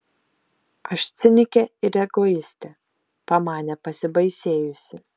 aš cinikė ir egoistė pamanė pasibaisėjusi